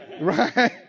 Right